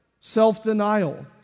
self-denial